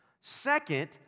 Second